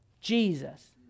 Jesus